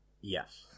Yes